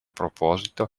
proposito